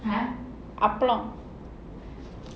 அப்புறம்:apuram